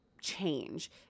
change